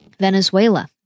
Venezuela